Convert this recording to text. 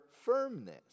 firmness